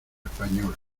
español